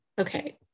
Okay